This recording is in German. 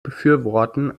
befürworten